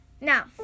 Now